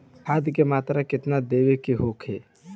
खाध के मात्रा केतना देवे के होखे?